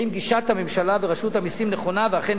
אם גישת הממשלה ורשות המסים נכונה ואכן